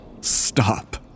stop